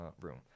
room